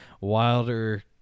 wilder